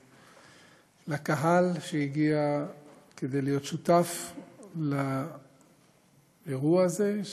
ולקהל שהגיע כדי להיות שותף לאירוע הזה,